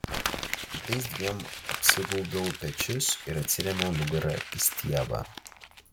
kitais dviem apsigaubiau pečius ir atsirėmiau nugara į stiebą